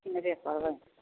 किनबे करबै